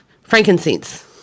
frankincense